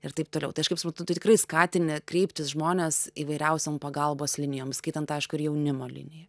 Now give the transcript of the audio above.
ir taip toliau tai aš kaip suprantu tai tikrai skatini kreiptis žmones įvairiausiom pagalbos linijoms įskaitant tašką ir jaunimo linijai